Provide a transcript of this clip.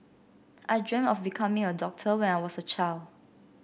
I dreamt of becoming a doctor when I was a child